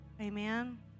Amen